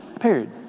period